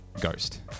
ghost